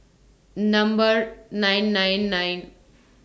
Number nine nine nine